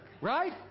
right